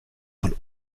von